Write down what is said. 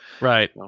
Right